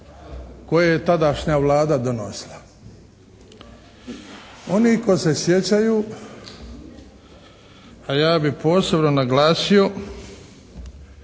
koje je tadašnja Vlada donosila. Oni koji se sjećaju, a ja bih posebno naglasio